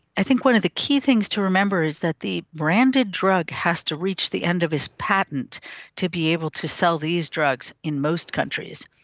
i think one of the key things to remember is that the branded drug has to reach the end of its patent to be able to sell these drugs in most countries.